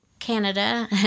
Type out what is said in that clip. canada